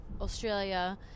Australia